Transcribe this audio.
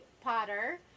Potter